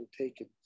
taken